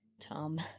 Tom